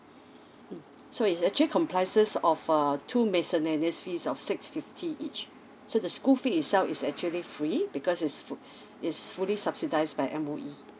mm so is actually comprises of err two miscellaneous fees of six fifty each to the school fee itself is actually free because is f~ is fully subsidised by M_O_E